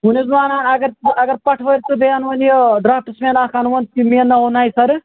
وُنہِ اوسُس بہٕ وَنان اگر اگر پٹھوٲرۍ تہٕ بیٚیہِ اَنہٕ ہون یہِ ڈرٛافٹٕس مین اَکھ اَنہٕ ہون تِم مٮ۪نہٕ ناوَو نیہِ سَرٕ